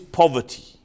poverty